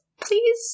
please